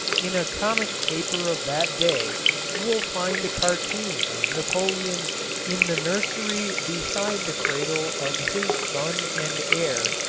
in a comic paper of that day you will find a cartoon of napoleon in the nursery beside the cradle of his son and heir,